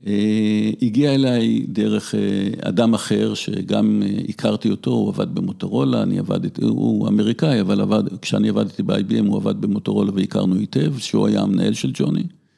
הגיע אליי דרך אדם אחר, שגם הכרתי אותו, הוא עבד במוטורולה, אני עבדתי הוא אמריקאי, אבל עבד כשאני עבדתי ב-IBM, הוא עבד במוטורולה, והכרנו היטב, שהוא היה המנהל של ג'וני.